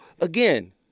again